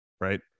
right